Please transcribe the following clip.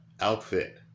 outfit